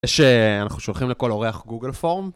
אנחנו שולחים לכל אורח גוגל פורם.